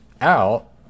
out